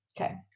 Okay